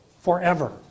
forever